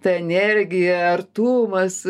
ta energija artumas